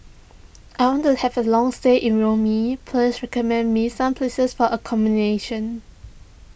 I want to have a long stay in Rome please recommend me some places for accommodation